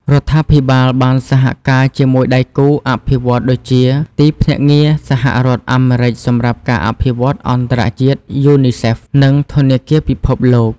រដ្ឋាភិបាលបានសហការជាមួយដៃគូអភិវឌ្ឍន៍ដូចជា ទីភ្នាក់ងារសហរដ្ឋអាមេរិកសម្រាប់ការអភិវឌ្ឍអន្តរជាតិ យូនីសេហ្វ និងធនាគារពិភពលោក។